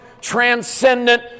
Transcendent